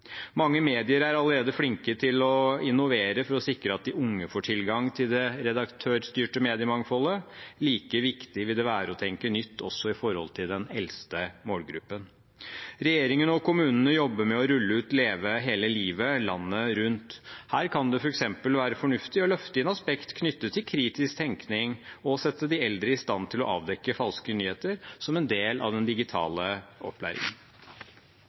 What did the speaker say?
Mange medier er allerede flinke til å innovere for å sikre at de unge får tilgang til det redaktørstyrte mediemangfoldet. Like viktig vil det være å tenke nytt når det gjelder den eldste målgruppen. Regjeringen og kommunene jobber med å rulle ut Leve hele livet, landet rundt. Her kan det f.eks. være fornuftig å løfte inn aspekter knyttet til kritisk tenkning og sette de eldre i stand til å avdekke falske nyheter som en del av den digitale opplæringen.